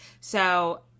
So-